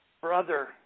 brother